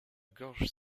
gorge